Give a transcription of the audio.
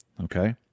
Okay